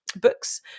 books